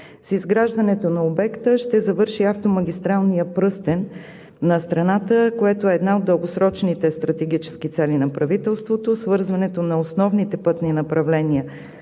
С изграждането на обекта ще завърши автомагистралният пръстен на страната, което е една от дългосрочните стратегически цели на правителството. Свързването на основните пътни направления